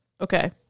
Okay